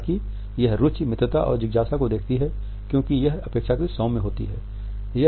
हालांकि यह रुचि मित्रता और जिज्ञासा को दिखाती है क्योंकि यह अपेक्षाकृत सौम्य होती है